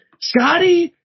Scotty